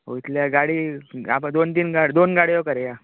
वयतले गाडी गाबा दोन तीन गाड दोन गाडयो करया